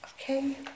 okay